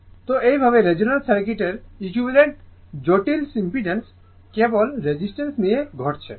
সুতরাং এইভাবে রেজোন্যান্সে সার্কিটের ইকুইভালেন্ট জটিল ইমপিড্যান্স কেবল রেজিস্টেন্স নিয়ে গঠিত